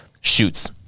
Shoots